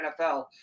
NFL